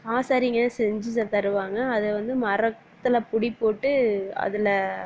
ஆசாரிங்கள் செஞ்சு தருவாங்க அது வந்து மரத்தில் பிடி போட்டு அதில்